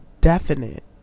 definite